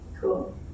Cool